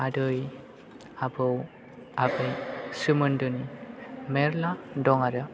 आदै आबौ आबै सोमोन्दोनि मेल्ला दं आरो